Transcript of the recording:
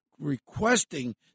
requesting